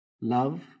Love